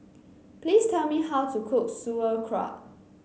please tell me how to cook Sauerkraut